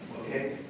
okay